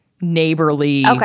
neighborly